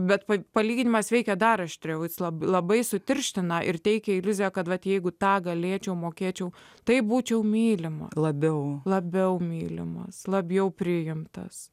bet palyginimas veikė dar aštriau jis labai labai sutirština ir teikia iliuziją kad jeigu tą galėčiau mokėčiau taip būčiau mylima labiau labiau mylimas labiau priimtas